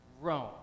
Rome